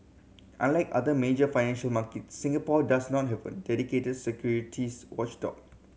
unlike other major financial markets Singapore does not have a dedicated securities watchdog